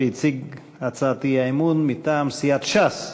שהציג את הצעת האי-אמון מטעם סיעת ש"ס.